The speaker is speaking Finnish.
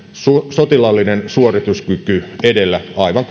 sotilaallinen suorituskyky edellä aivan kuten hornet kaupoissa aikanaan